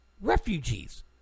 refugees